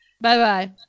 Bye-bye